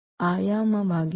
ನ ಆಯಾಮವಾಗಿದೆ